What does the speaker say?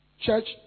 Church